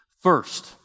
First